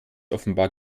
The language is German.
offenbar